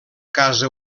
casa